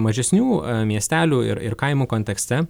mažesnių miestelių ir ir kaimų kontekste